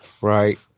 right